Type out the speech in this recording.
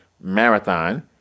Marathon